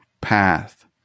path